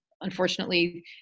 unfortunately